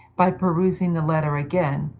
by perusing the letter again,